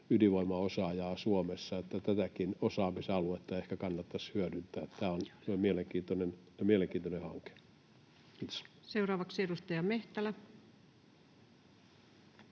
ydinvoimaosaajaa Suomessa, niin että tätäkin osaamisaluetta ehkä kannattaisi hyödyntää. Tämä on mielenkiintoinen hanke. — Kiitos. Seuraavaksi edustaja Mehtälä.